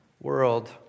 world